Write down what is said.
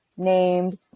named